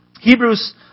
Hebrews